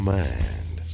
mind